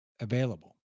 available